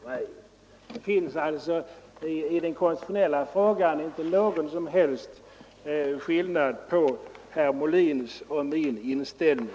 Det finns sålunda i den konstitutionella frågan inte någon som helst skillnad på herr Molins och min inställning.